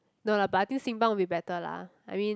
no lah but I think Simpang will be better lah I mean